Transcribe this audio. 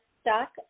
stuck